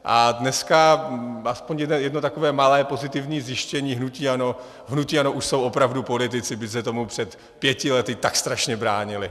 A dneska aspoň jedno takové malé pozitivní zjištění: hnutí ANO už jsou opravdu politici, byť se tomu před pěti lety tak strašně bránili.